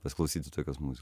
paklausyti tokios muzikos